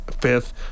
fifth